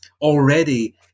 already